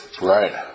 Right